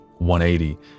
180